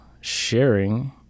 Sharing